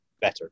better